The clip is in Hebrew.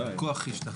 אתם כל הזמן מטיחים,